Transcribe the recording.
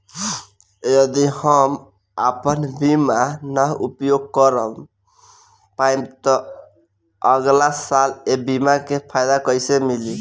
यदि हम आपन बीमा ना उपयोग कर पाएम त अगलासाल ए बीमा के फाइदा कइसे मिली?